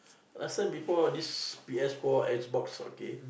last time before this P_S four Xbox okay